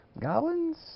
Goblins